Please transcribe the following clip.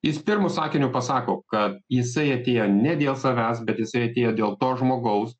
jis pirmu sakiniu pasako kad jisai atėjo ne dėl savęs bet jisai atėjo dėl to žmogaus